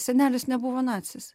senelis nebuvo nacis